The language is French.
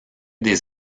des